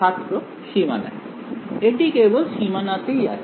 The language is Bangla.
ছাত্র সীমানায় এটি কেবল সীমানাতেই আছে